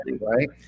Right